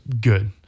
good